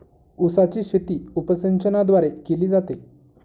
उसाची शेती उपसिंचनाद्वारे केली जाते